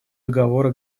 договора